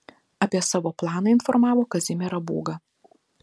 apie savo planą informavo kazimierą būgą